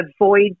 avoid